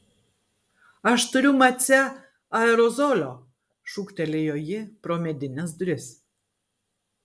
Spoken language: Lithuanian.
aš turiu mace aerozolio šūktelėjo ji pro medines duris